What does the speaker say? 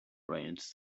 brains